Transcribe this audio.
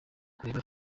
kureba